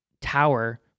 tower